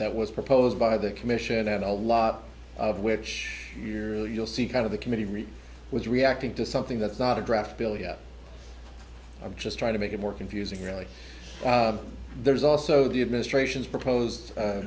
that was proposed by the commission and a lot of which you'll see kind of the committee really was reacting to something that's not a draft bill yet i'm just trying to make it more confusing really there's also the administration's proposed